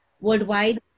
worldwide